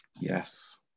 Yes